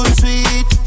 sweet